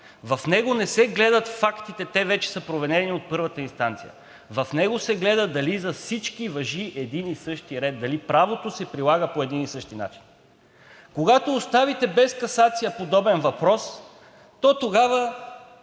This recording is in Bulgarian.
в него не се гледат фактите – те вече са проверени от първата инстанция. В него се гледа дали за всички важи един и същи ред, дали правото се прилага по един и същи начин. Когато оставите без касация подобен въпрос, то тогава